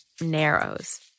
narrows